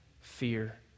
fear